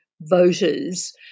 voters